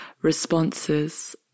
responses